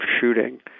shooting